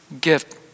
gift